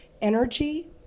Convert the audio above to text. energy